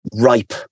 ripe